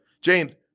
James